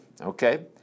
okay